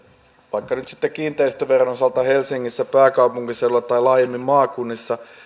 vaikka nyt sitten kiinteistöveron osalta helsingissä pääkaupunkiseudulla tai laajemmin maakunnissa